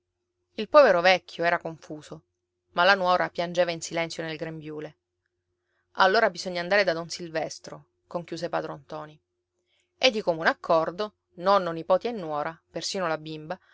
il povero vecchio era confuso ma la nuora piangeva in silenzio nel grembiule allora bisogna andare da don silvestro conchiuse padron ntoni e di comune accordo nonno nipoti e nuora persino la bimba